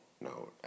no